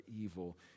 evil